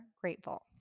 grateful